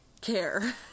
care